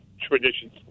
traditions